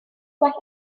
gwell